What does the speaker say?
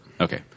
Okay